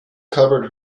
covered